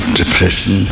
depression